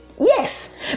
Yes